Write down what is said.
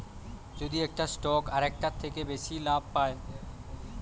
যদি একটা স্টক আরেকটার থেকে বেশি লাভ পায়